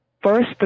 First